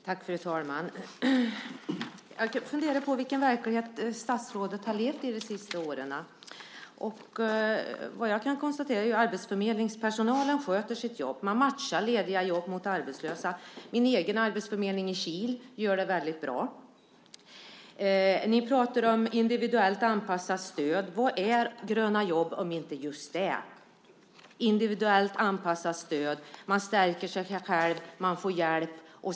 Fru talman! Jag funderar på vilken verklighet statsrådet levt i de senaste åren. Jag kan konstatera att arbetsförmedlingspersonalen sköter sitt jobb. Man matchar lediga jobb mot arbetslösa. Min egen arbetsförmedling i Kil gör det väldigt bra. Ni pratar om individuellt anpassat stöd. Men vad är Gröna jobb om inte just individuellt anpassat stöd? Man stärker sig själv och får hjälp.